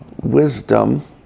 wisdom